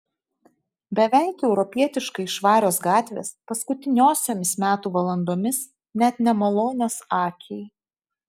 beveik europietiškai švarios gatvės paskutiniosiomis metų valandomis net nemalonios akiai